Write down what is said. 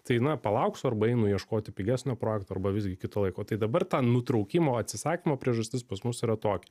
tai na palauksiu arba einu ieškoti pigesnio projekto arba visgi kito laiko tai dabar ta nutraukimo atsisakymo priežastis pas mus yra tokia